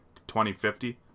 2050